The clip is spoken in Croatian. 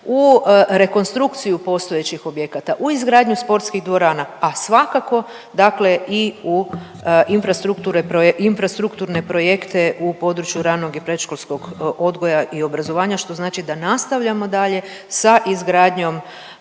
u rekonstrukciju postojećih objekata, u izgradnju sportskih dvorana, a svakako dakle i u infrastrukturne projekte u području ranog i predškolskog odgoja i obrazovanja, što znači da nastavljamo dalje sa izgradnjom